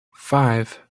five